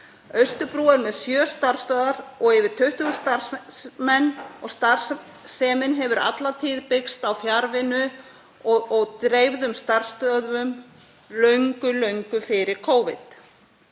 Austurbrú er með sjö starfsstöðvar og yfir 20 starfsmenn og starfsemin hefur alla tíð byggst á fjarvinnu og dreifðum starfsstöðvum, löngu fyrir Covid.